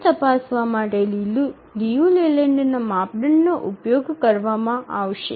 તે તપાસવા માટે લિયુ લેલેન્ડના માપદંડનો ઉપયોગ કરવામાં આવશે